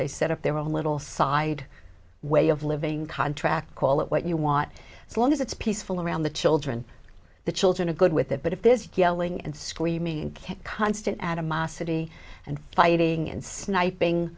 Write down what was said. they set up their own little side way of living contract call it what you want as long as it's peaceful around the children the children are good with it but if this yelling and screaming and constant animosity and fighting in sniping